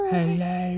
Hello